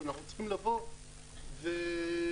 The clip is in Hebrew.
אני רוצה להדגיש ארבע נקודות ברשותך, היושב-ראש.